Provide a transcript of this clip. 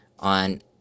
On